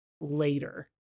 later